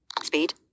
speed